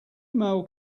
male